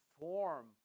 form